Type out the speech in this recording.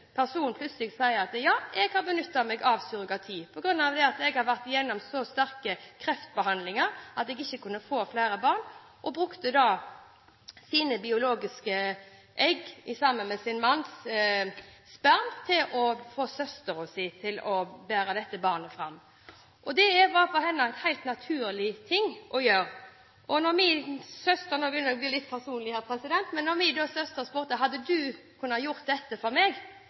plutselig sa at ja, jeg har benyttet meg av surrogati på grunn av at jeg har vært igjennom så sterke kreftbehandlinger at jeg ikke kunne få flere barn. Hun brukte sine biologiske egg og sin manns sperma, og fikk søsteren sin til å bære dette barnet fram. Det var for henne en helt naturlig ting å gjøre. Da min søster – nå begynner vi å bli litt personlige her